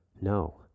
no